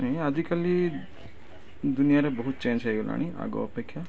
ନାଇଁ ଆଜିକାଲି ଦୁନିଆରେ ବହୁତ ଚେଞ୍ଜ ହେଇଗଲାଣି ଆଗ ଅପେକ୍ଷା